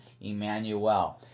Emmanuel